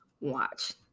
Watch